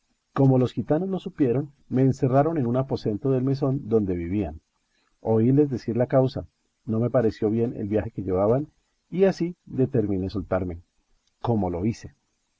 como los gitanos lo supieron me encerraron en un aposento del mesón donde vivían oíles decir la causa no me pareció bien el viaje que llevaban y así determiné soltarme como lo hice